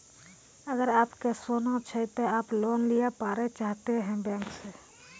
अगर आप के सोना छै ते आप लोन लिए पारे चाहते हैं बैंक से?